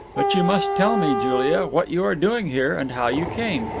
but you must tell me, julia, what you are doing here, and how you came.